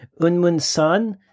Unmunsan